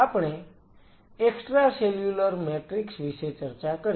આપણે extracellular matrix વિશે ચર્ચા કરી છે